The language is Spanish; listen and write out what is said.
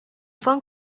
fan